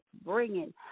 bringing